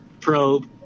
probe